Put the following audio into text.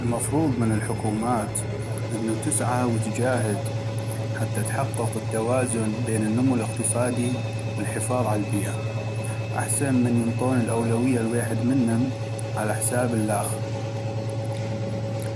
المفروض من الحكومات انو تسعى وتجاهد حتى تحقيق التوازن بين النمو الاقتصادي والحفاظ عالبيئة ،احسن من ينطون الأولوية لويحد منم على حساب اللاخ،